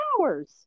hours